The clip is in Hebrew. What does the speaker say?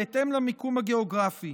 בהתאם למיקום הגיאוגרפי: